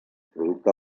producte